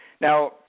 Now